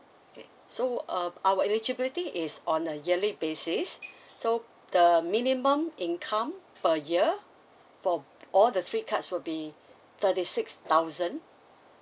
okay so um our eligibility is on a yearly basis so the minimum income per year for all the three cards will be thirty six thousand